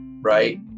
Right